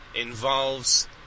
involves